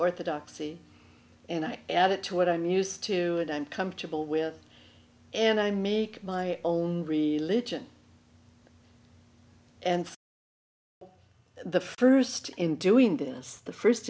orthodoxy and i add it to what i'm used to and i'm comfortable with and i make my own religion and the first in doing this the first